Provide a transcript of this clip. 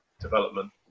development